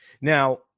Now